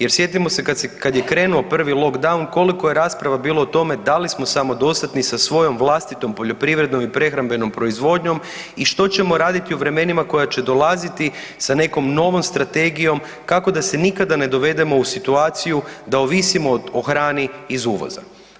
Jer sjetimo se kad je krenuo prvi lockdown koliko je rasprava bilo o tome da li smo samodostatni sa svojom vlastitom poljoprivrednom i prehrambenom proizvodnjom i što ćemo raditi u vremenima koja će dolaziti sa nekom novom strategijom kako da se nikada ne dovedemo u situaciju da ovisimo o hrani iz uvoza.